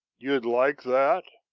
you'd like that?